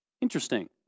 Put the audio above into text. Interesting